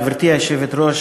גברתי היושבת-ראש,